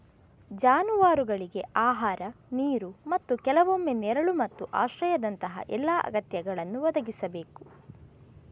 ಜಾನುವಾರುಗಳಿಗೆ ಆಹಾರ, ನೀರು ಮತ್ತು ಕೆಲವೊಮ್ಮೆ ನೆರಳು ಮತ್ತು ಆಶ್ರಯದಂತಹ ಎಲ್ಲಾ ಅಗತ್ಯಗಳನ್ನು ಒದಗಿಸಬೇಕು